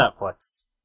Netflix